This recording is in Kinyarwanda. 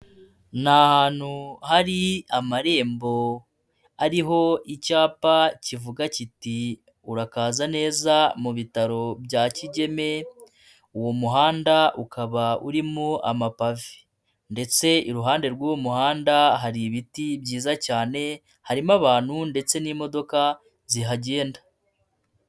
Ni ahantu hari amarembo ariho icyapa kivuga kiti "urakaza neza mu bitaro bya kigeme". Uwo muhanda ukaba urimo amapave ndetse iruhande rw'uwo muhanda hari ibiti byiza cyane. Harimo abantu ndetse n'imodoka zihagenda.